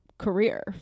career